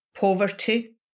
poverty